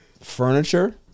furniture